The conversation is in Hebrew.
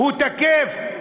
הוא תקף.